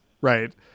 Right